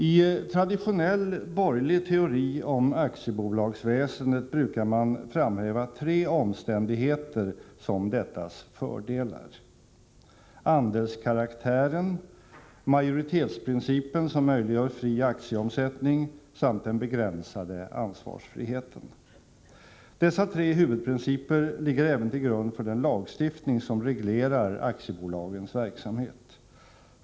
I traditionell borgerlig teori om aktiebolagsväsendet brukar man framhäva tre omständigheter som dettas fördelar: andelskaraktären, majoritetsprinci pen som möjliggör fri aktieomsättning samt den begränsade ansvarsfriheten. Dessa tre huvudprinciper ligger även till grund för den lagstiftning som reglerar aktiebolagens verksamhet.